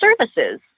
services